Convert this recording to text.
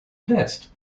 test